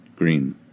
Green